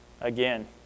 again